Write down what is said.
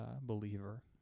believer